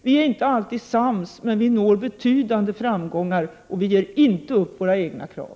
Vi är inte alltid sams, men vi når betydande framgångar, och vi å DS svenskamiljöm ger inte upp våra egna krav.